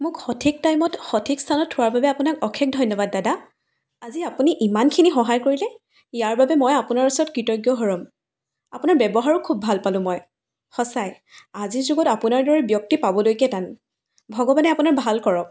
মোক সঠিক টাইমত সঠিক স্থানত থোৱাৰ বাবে আপোনাক অশেষ ধন্যবাদ দাদা আজি আপুনি ইমানখিনি সহায় কৰিলে ইয়াৰ বাবে মই আপোনাৰ ওচৰত কৃতজ্ঞ হৈ ৰম আপোনাৰ ব্যৱহাৰো খুব ভাল পালো মই সঁচাই আজিৰ যুগত আপোনাৰ দৰে ব্যক্তি পাবলৈকে টান ভগৱানে আপোনাৰ ভাল কৰক